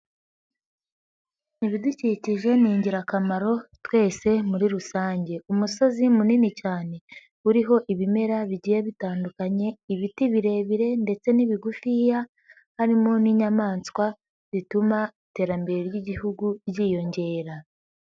Ibidukikije ni ingirakamaro twese muri rusange, umusozi munini cyane uriho ibimera bigiye bitandukanye, ibiti birebire ndetse n'ibigufiya harimo n'inyamaswa zituma iterambere ry'Igihugu ryiyongera.